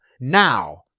Now